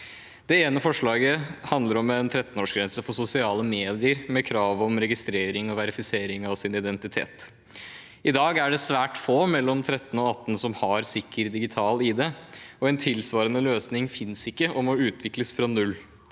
Det ene forslaget handler om en 13-årsgrense for sosiale medier med krav om registrering og verifisering av identitet. I dag er det svært få mellom 13 og 18 år som har sikker digital ID. En tilsvarende løsning finnes ikke og må utvikles fra null.